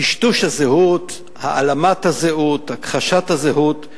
טשטוש הזהות, העלמת הזהות, הכחשת הזהות,